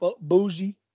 bougie